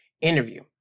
interview